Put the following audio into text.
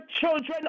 children